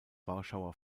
warschauer